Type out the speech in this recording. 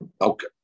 Okay